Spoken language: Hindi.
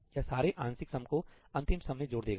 यह सारे आंशिक सम को अंतिम सम मे जोड़ देगा